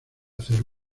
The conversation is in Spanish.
hacer